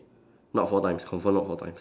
not four times confirm not four times